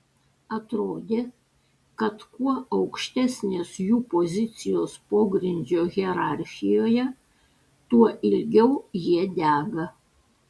atrodė kad kuo aukštesnės jų pozicijos pogrindžio hierarchijoje tuo ilgiau jie dega